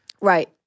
Right